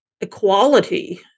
equality